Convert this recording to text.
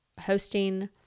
hosting